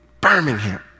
Birmingham